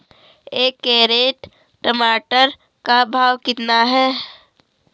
एक कैरेट टमाटर का भाव कितना है?